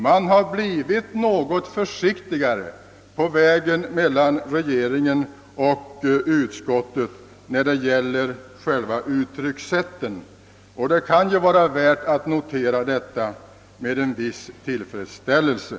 Man har blivit något försiktigare när det gäller uttryckssätten, och det kan vara värt att notera med en viss tillfredsställelse.